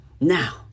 Now